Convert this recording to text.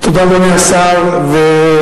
אדוני השר, תודה.